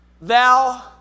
thou